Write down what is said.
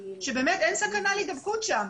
שבאמת אין סכנה להידבקות שם.